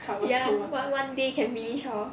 ya [what] one day can finish hor